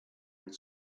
and